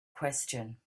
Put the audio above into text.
question